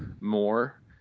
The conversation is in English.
more